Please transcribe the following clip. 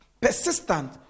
persistent